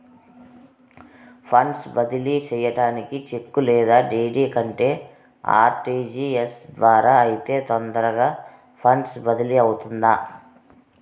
funds బదిలీ సేయడానికి cheque లేదా డీ.డీ కంటే ఆర్.టి.జి.ఎస్ ద్వారా అయితే తొందరగా ఫండ్స్ బదిలీ అవుతుందా